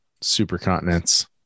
supercontinents